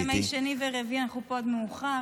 ימי שני ורביעי אנחנו פה עד מאוחר.